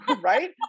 right